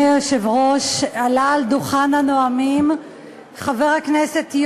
קודמי יושב-ראש הישיבה חבר הכנסת אחמד טיבי